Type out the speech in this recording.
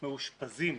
מאושפזים,